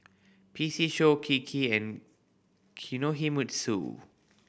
P C Show Kiki and Kinohimitsu